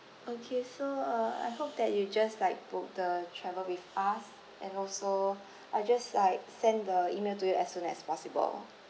okay so uh I hope that you just like book the travel with us and also I just like send the email to you as soon as possible